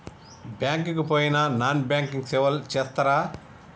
Bank కి పోయిన non banking సేవలు చేస్తరా?